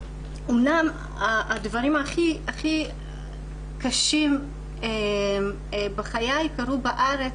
אמנם הדברים הכי הכי קשים בחיי קרו בארץ,